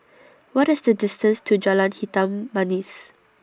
What IS The distance to Jalan Hitam Manis